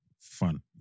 fun